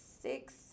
six